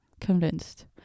convinced